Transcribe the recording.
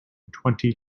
twenty